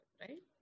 right